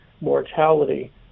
mortality